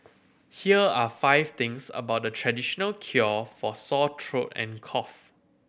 here are five things about the traditional cure for sore throat and cough